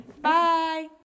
bye